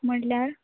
म्हणल्यार